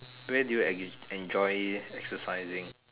where do you enjoy exercising